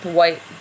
white